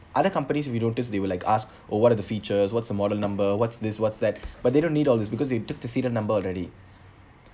other companies we noticed they will like ask oh what are the features what's the model number what's this what's that but they don't need all these because they took the serial number already